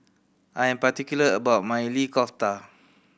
I am particular about my Maili Kofta